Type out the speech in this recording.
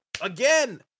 again